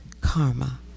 karma